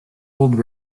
old